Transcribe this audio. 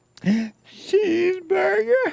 Cheeseburger